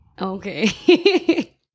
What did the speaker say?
Okay